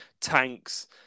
tanks